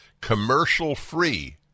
commercial-free